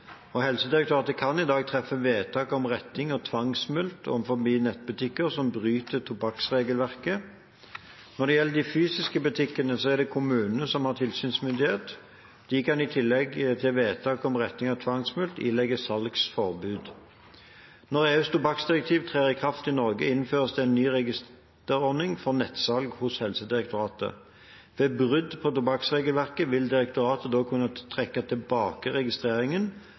Helsedirektoratet kan i dag treffe vedtak om retting og tvangsmulkt overfor nettbutikker som bryter tobakksregelverket. Når det gjelder fysiske butikker, er det kommunene som har tilsynsmyndighet. De kan, i tillegg til vedtak om retting og tvangsmulkt, ilegge salgsforbud. Når EUs tobakksdirektiv trer i kraft i Norge, innføres det en ny registreringsordning for nettsalg hos Helsedirektoratet. Ved brudd på tobakksregelverket vil direktoratet da kunne trekke tilbake registreringen,